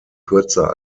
kürzer